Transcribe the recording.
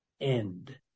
end